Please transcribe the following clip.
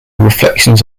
reflections